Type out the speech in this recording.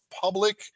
public